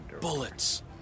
Bullets